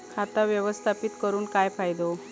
खाता व्यवस्थापित करून काय फायदो?